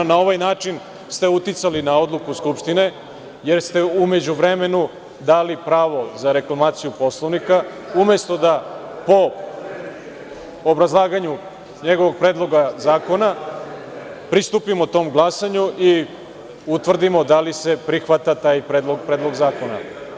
Na ovaj način ste uticali na odluku Skupštine, jer ste u međuvremenu dali pravo za reklamaciju Poslovnika, umesto da po obrazlaganju njegovog predloga zakona pristupimo tom glasanju i utvrdimo da li se prihvata taj predlog zakona.